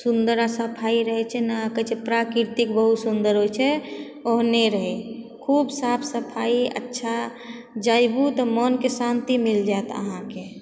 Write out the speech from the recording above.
सुन्दर आओर सफाइ रहै छै ने कहै छै प्राकृतिक बहुत सुन्दर होइ छै ओहने रहै खूब साफ सफाइ अच्छा जाएब तऽ मोनके शान्ति मिल जैत अहाँके